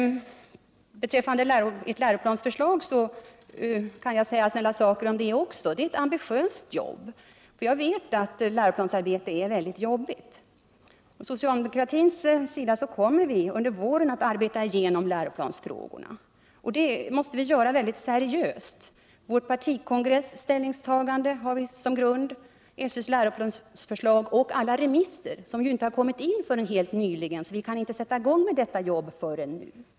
Ert läroplansförslag vill jag t.v. bara kommentera snällt. Det är ett ambitiöst jobb. Jag vet att läroplansarbete är väldigt jobbigt. Från socialdemokratins sida kommer vi under våren att arbeta igenom läroplansfrågorna. Det måste vi göra ytterst seriöst. Som grund har vi partikongressens ställningstagande, skolöverstyrelsens läroplansförslag och alla remisser. Remisserna har inte kommit in förrän helt nyligen, så vi har inte kunnat sätta i gång med jobbet förrän nu.